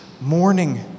morning